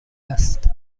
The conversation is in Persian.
است